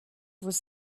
was